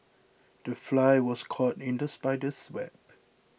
the fly was caught in the spider's web